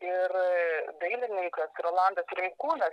ir dailininkas rolandas streikūnas